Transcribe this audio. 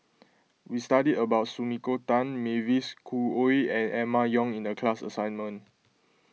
we studied about Sumiko Tan Mavis Khoo Oei and Emma Yong in the class assignment